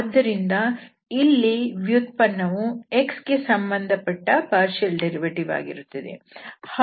ಆದ್ದರಿಂದ ಇಲ್ಲಿ ವ್ಯುತ್ಪನ್ನವು x ಗೆ ಸಂಬಂಧಪಟ್ಟ ಭಾಗಶಃ ಉತ್ಪನ್ನ ವಾಗಿರುತ್ತದೆ